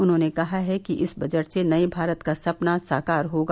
उन्होंने कहा है कि इस बजट से नये भारत का सपना साकार होगा